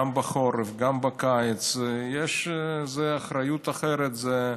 גם בחורף גם בקיץ, זו אחריות אחרת, זו